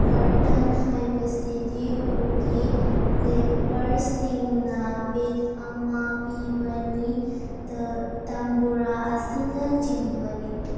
curtain ꯍꯥꯏꯕꯁꯤꯗꯤ ꯎꯒꯤ ꯀ꯭ꯂꯤꯞꯄꯔꯁꯤꯡꯅ ꯕꯤꯠ ꯑꯃ ꯄꯤꯕꯅꯤ ꯇꯝꯕꯨꯔꯥ ꯑꯁꯤꯅꯆꯤꯡꯕꯅꯤ